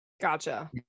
Gotcha